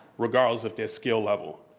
regardless of their skill level.